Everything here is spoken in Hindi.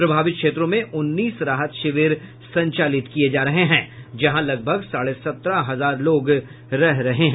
प्रभावित क्षेत्रों में उन्नीस राहत शिविर संचालित किये जा रहे हैं जहां लगभग साढ़े सत्रह हजार लोग रह रहे हैं